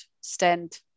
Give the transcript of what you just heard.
stand